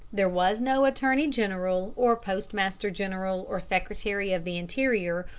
there was no attorney-general, or postmaster-general, or secretary of the interior,